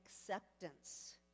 acceptance